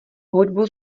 hudbu